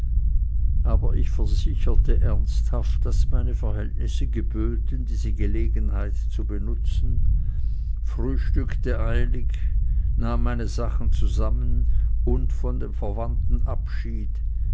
aber ich versicherte ernsthaft daß meine verhältnisse geböten diese gelegenheit zu benutzen frühstückte eilig nahm meine sachen zusammen und von den verwandten abschied